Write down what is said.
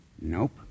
Nope